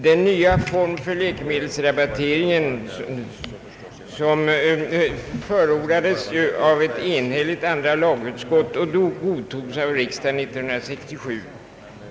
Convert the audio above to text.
Den nya formen för läkemedelsrabattering förordades av ett enhälligt andra lagutskott och godtogs av riksdagen 1967.